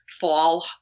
fall